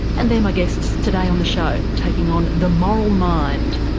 and they're my guests today on the show taking on the moral mind.